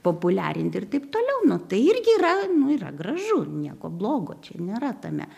populiarinti ir taip toliau nu tai irgi yra nu yra gražu nieko blogo čia nėra tame